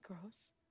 gross